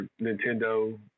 Nintendo